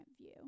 view